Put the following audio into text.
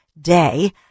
day